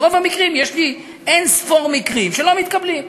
ברוב המקרים, יש לי אין-ספור מקרים שלא מתקבלים.